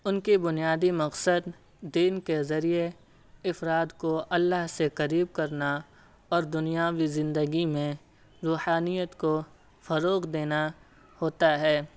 ان کی بنیادی مقصد دین کے ذریعے افراد کو اللہ سے قریب کرنا اور دنیاوی زندگی میں روحانیت کو فروغ دینا ہوتا ہے